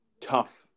tough